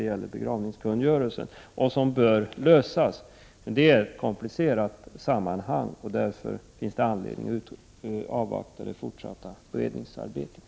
De bör naturligtvis lösas, men de ingår i ett komplicerat mönster, och därför finns det anledning att avvakta det fortsatta beredningsarbetet.